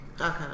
okay